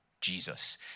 Jesus